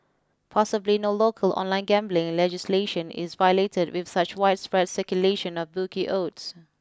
possibly no local online gambling legislation is violated with such widespread circulation of bookie odds